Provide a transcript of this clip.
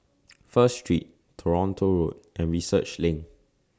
First Street Toronto Road and Research LINK